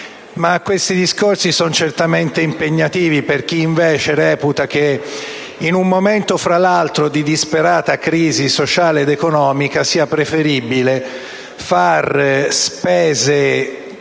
Questi discorsi sono certamente impegnativi per chi reputa invece che, in un momento di disperata crisi sociale ed economica, sia preferibile fare spese